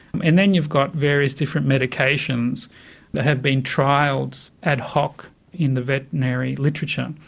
and then you've got various different medications that have been trialled ad hoc in the veterinary literature,